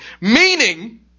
Meaning